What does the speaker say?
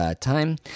time